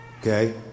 Okay